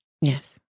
Yes